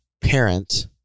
parent